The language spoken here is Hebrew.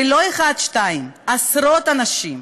ולא אחד-שניים, עשרות אנשים.